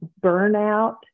burnout